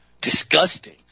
Disgusting